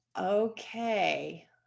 Okay